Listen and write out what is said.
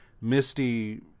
Misty